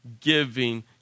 giving